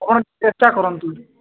ଆପଣ ଚେଷ୍ଟା କରନ୍ତୁ